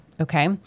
Okay